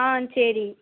சரி